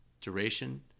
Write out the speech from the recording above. duration